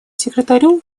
секретаря